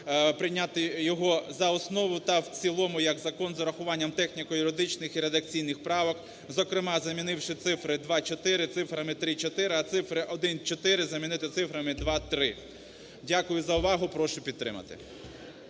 прийняти його за основу та в цілому як закон з урахуванням техніко-юридичних і редакційних правок, зокрема, замінивши цифри "2.4" цифрами "3.4", а цифри "1.4" замінити цифрами "2.3". Дякую за увагу. Прошу підтримати.